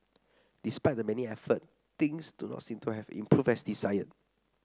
despite the many effort things do not seem to have improved as desired